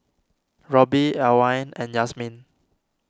Roby Alwine and Yazmin